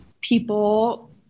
people